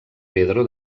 pedro